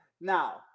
now